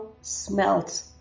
smelt